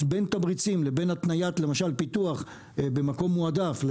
אז בין תמריצים לבין התניית למשל פיתוח במקום מועדף,